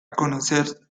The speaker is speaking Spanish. conocer